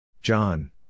John